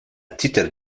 titre